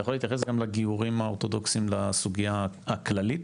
אתה יכול להתייחס גם לגיורים האורתודוקסים לסוגייה הכללית?